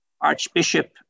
Archbishop